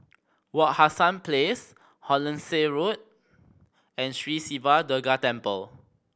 Wak Hassan Place Hollandse Road and Sri Siva Durga Temple